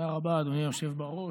תודה רבה, אדוני היושב-בראש.